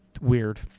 weird